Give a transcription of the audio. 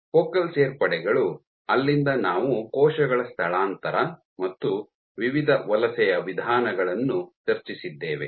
focal ಸೇರ್ಪಡೆಗಳು ಅಲ್ಲಿಂದ ನಾವು ಕೋಶಗಳ ಸ್ಥಳಾಂತರ ಮತ್ತು ವಿವಿಧ ವಲಸೆಯ ವಿಧಾನಗಳನ್ನು ಚರ್ಚಿಸಿದ್ದೇವೆ